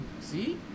See